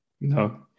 No